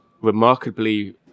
remarkably